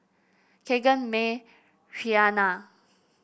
Kegan Mae Rhianna